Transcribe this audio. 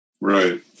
Right